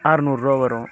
ஆறுநூறுவா வரும்